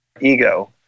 ego